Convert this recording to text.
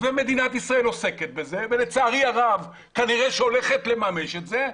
ומדינת ישראל עוסקת בזה ולצערי הרב כנראה שהולכת לממש את זה,